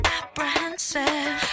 apprehensive